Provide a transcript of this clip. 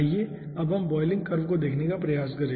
आइए अब हम बॉयलिंग कर्व को देखने का प्रयास करें